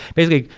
basically,